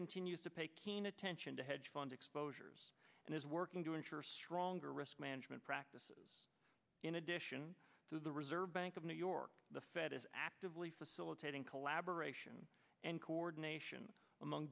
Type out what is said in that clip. continues to pay keen attention to hedge fund exposures and is working to ensure stronger risk management practices in addition to the reserve bank of new york the fed is actively facilitating collaboration and coordination among